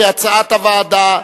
כהצעת הוועדה.